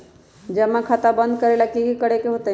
जमा खाता बंद करे ला की करे के होएत?